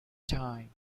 time